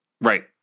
Right